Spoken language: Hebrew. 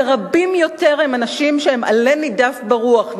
ורבים יותר הם אנשים שהם עלה נידף ברוח,